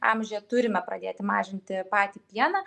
amžiuje turime pradėti mažinti patį pieną